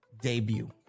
debut